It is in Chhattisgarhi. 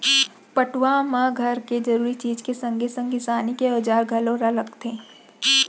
पटउहाँ म घर के जरूरी चीज के संगे संग किसानी के औजार घलौ ल रखथे